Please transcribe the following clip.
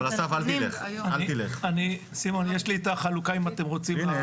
סימון, יש לי את החלוקה אם אתם רוצים.